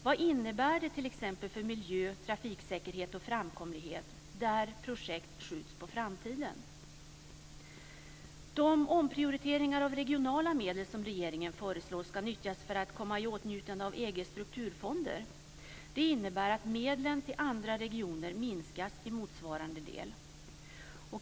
Vad innebär det t.ex. för miljö, trafiksäkerhet och framkomlighet där projekt skjuts på framtiden? De omprioriteringar av regionala medel som regeringen föreslår ska nyttjas för att komma i åtnjutande av EG:s strukturfonder. Det innebär att medlen till andra regioner minskas i motsvarande del.